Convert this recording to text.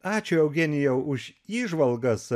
ačiū eugenijau už įžvalgas